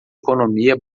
economia